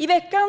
I veckan